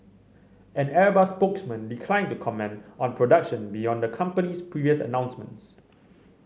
an Airbus spokesman declined to comment on production beyond the company's previous announcements